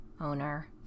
owner